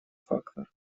фактор